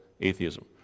atheism